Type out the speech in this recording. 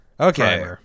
Okay